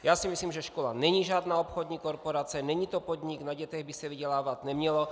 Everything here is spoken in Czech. Já si myslím, že škola není žádná obchodní korporace, není to podnik, na dětech by se vydělávat nemělo.